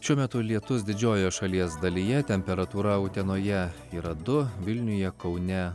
šiuo metu lietus didžiojoje šalies dalyje temperatūra utenoje yra du vilniuje kaune